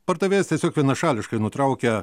pardavėjas tiesiog vienašališkai nutraukia